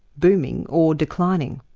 booming or declining.